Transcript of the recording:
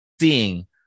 seeing